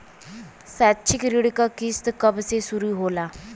शैक्षिक ऋण क किस्त कब से शुरू होला?